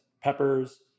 peppers